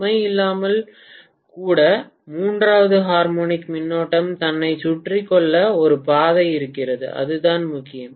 சுமை இல்லாமல் கூட மூன்றாவது ஹார்மோனிக் மின்னோட்டம் தன்னைச் சுற்றிக் கொள்ள ஒரு பாதை இருக்கிறது அதுதான் முக்கியம்